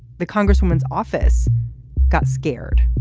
the congresswoman's office got scared